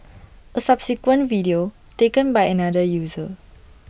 A subsequent video taken by another user